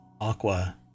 aqua